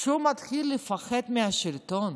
כשהוא מתחיל לפחד מהשלטון.